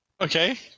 Okay